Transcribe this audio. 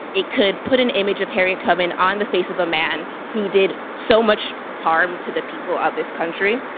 it could put an image of harriet tubman on the face of a man who did so much harm to the people of this country.